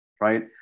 right